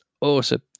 awesome